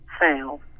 fail